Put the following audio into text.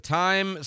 time